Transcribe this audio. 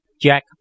Jack